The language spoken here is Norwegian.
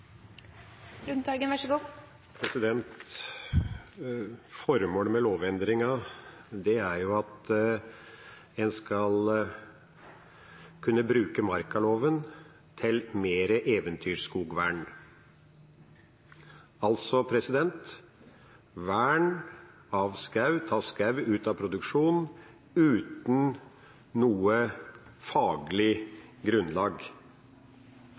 at en skal kunne bruke markaloven til mer eventyrskogvern, altså vern av skog, ta skog ut av produksjon, uten noe faglig grunnlag.